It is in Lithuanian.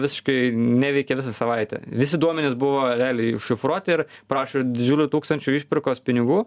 visiškai neveikė visą savaitę visi duomenys buvo realiai užšifruoti ir prašo didžiulių tūkstančių išpirkos pinigų